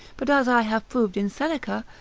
but as i have proved in seneca,